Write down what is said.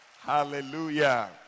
Hallelujah